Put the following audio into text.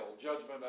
judgment